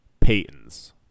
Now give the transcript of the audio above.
Paytons